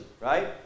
right